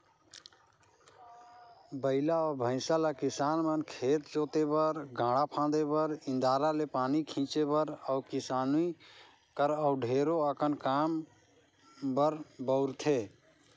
बइला अउ भंइसा ल किसान मन खेत जोते बर, गाड़ा फांदे बर, इन्दारा ले पानी घींचे बर अउ किसानी कर अउ ढेरे अकन काम बर बउरथे